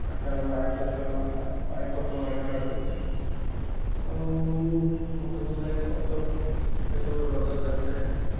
ଆକାରରେ ଆୟତ ଖେଳ ଆୟତ ଫଳ ଆକାରରେ ଆଉ ମୋତେ ଭଲ ଲାଗେ କଟକ ଯେତେବେଳେ ରଜ ଚାଲିଥାଏ